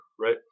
right